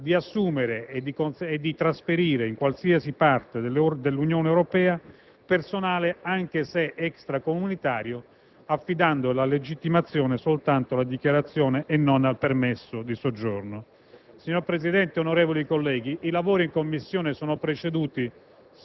di assumere e di trasferire in qualsiasi parte dell'Unione Europea, personale anche se extracomunitario affidando la legittimazione soltanto alla dichiarazione e non al permesso di soggiorno. Signor Presidente, onorevoli colleghi, i lavori in Commissione sono proceduti